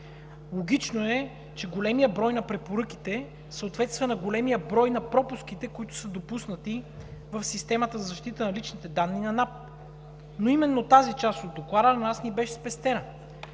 Логично е, че големият брой на препоръките съответства на големия брой на пропуските, които са допуснати в системата за защитата на личните данни на НАП, но именно тази част от Доклада на нас ни беше спестена.